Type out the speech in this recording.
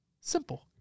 Simple